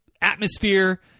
atmosphere